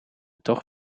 toch